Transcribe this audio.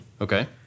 Okay